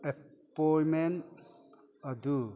ꯑꯦꯄꯣꯏꯟꯃꯦꯟ ꯑꯗꯨ